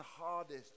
hardest